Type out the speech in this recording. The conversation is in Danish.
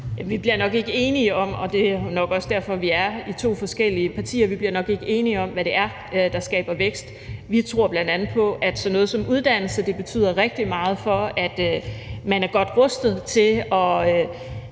Vi bliver nok ikke enige om – og det er nok også derfor, vi er i to forskellige partier – hvad det er, der skaber vækst. Vi tror bl.a. på, at sådan noget som uddannelse betyder rigtig meget for, at man er godt rustet til at